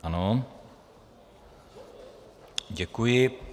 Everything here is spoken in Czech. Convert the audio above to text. Ano, děkuji.